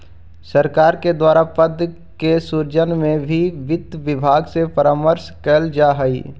सरकार के द्वारा पद के सृजन में भी वित्त विभाग से परामर्श कैल जा हइ